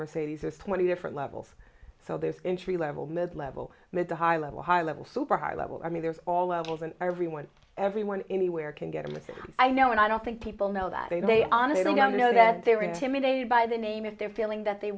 refineries as twenty different levels so there's injury level mid level mid to high level high level super high level i mean there's all levels and everyone everyone anywhere can get a little i know and i don't think people know that they honestly don't know that they're intimidated by the name if they're feeling that they